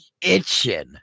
itching